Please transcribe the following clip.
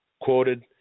quoted